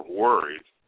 worries